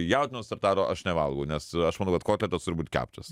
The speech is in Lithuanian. jautienos tartaro aš nevalgau nes aš manau kad kotletas turi būt keptas